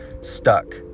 stuck